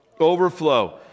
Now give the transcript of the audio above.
Overflow